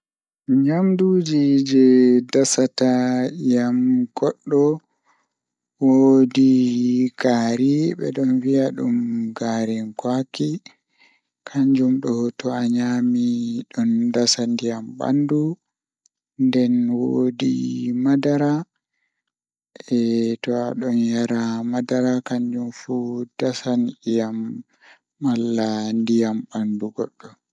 Eh ɓurnaafu miɗon heɓa kubaruji an hedi soshiyal midiya Miɗo waawi jokkude e news ngal e social media, ammaa mi waawi yiɗde e TV kadi. Miɗo njogii waɗde jeydi ko e ngoodi leydi ngal, sabu miɗo waawi jeydugo no waawugol.